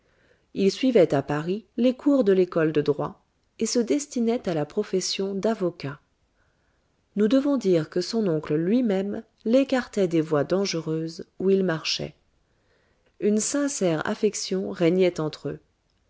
il suivait à paris les cours de l'ecole de droit et se destinait à la profession d'avocat nous devons dire que son oncle lui-même l'écartait des voies dangereuses où il marchait une sincère affection régnait entre eux